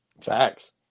Facts